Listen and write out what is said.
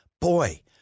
boy